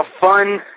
fun